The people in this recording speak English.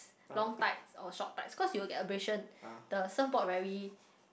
long tights or short tights because you'll get abrasion the surf board very